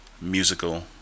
musical